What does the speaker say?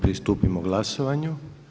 Pristupamo glasovanju.